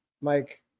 Mike